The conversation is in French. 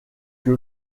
que